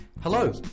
Hello